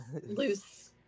loose